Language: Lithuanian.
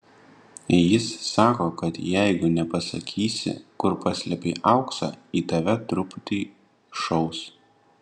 jis sako kad jeigu nepasakysi kur paslėpei auksą į tave truputį šaus